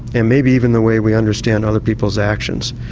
and maybe even the way we understand other people's actions.